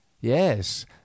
yes